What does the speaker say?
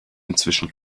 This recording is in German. inzwischen